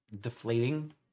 deflating